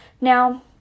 Now